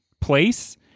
place